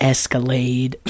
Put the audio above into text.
Escalade